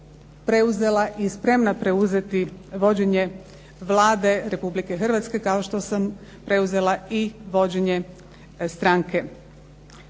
preuzela i spremna preuzeti vođenje Vlade Republike Hrvatske kao što sam preuzela i vođenje stranke.